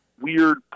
weird